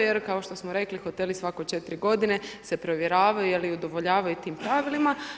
Jer kao što smo rekli, hoteli svake 4 g. se provjeravaju je li udovoljavaju tim pravilima.